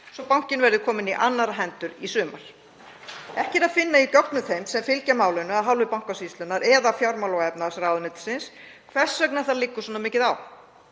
svo bankinn verði kominn í annarra hendur í sumar. Ekki er að finna í gögnum þeim sem fylgja málinu af hálfu Bankasýslunnar eða fjármála- og efnahagsráðuneytisins hvers vegna svona mikið